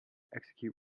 execute